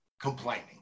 complaining